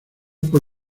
por